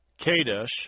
Kadesh